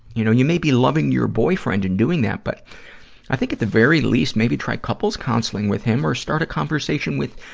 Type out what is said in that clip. you know, you may be loving your boyfriend and doing that, but i think, at the very least, maybe try couple's counseling with him or start a conversation with,